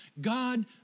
God